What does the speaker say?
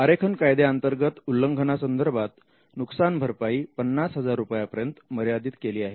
आरेखन कायद्याअंतर्गत उल्लंघना संदर्भात नुकसान भरपाई 50 हजार रुपयापर्यंत मर्यादित केली आहे